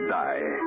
die